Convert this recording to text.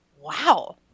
wow